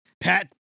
Pat